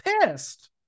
pissed